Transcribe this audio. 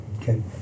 Okay